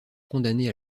condamnée